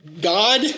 God